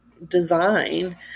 Design